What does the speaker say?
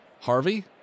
Harvey